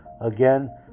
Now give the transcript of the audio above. Again